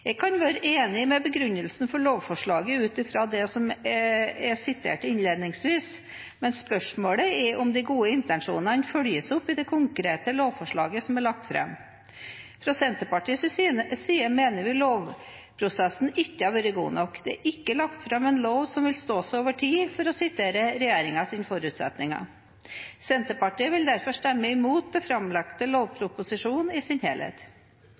Jeg kan være enig med begrunnelsen for lovforslaget ut fra det jeg siterte innledningsvis, men spørsmålet er om de gode intensjonene følges opp i det konkrete lovforslaget som er lagt fram. Fra Senterpartiets side mener vi lovprosessen ikke har vært god nok. Det er ikke lagt fram en lov som vil stå seg over tid, for å sitere regjeringens forutsetninger. Senterpartiet vil derfor stemme imot den framlagte lovproposisjonen i sin helhet.